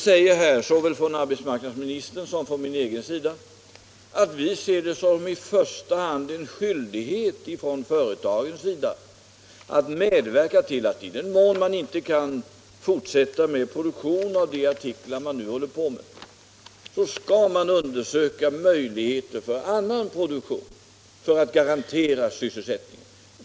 Både arbetsmarknadsministern och jag ser det i första hand som en skyldighet för företaget att i den mån man inte kan fortsätta med produktion av de artiklar man nu håller på med, skall man undersöka möjligheter för annan produktion för att garantera sysselsättningen.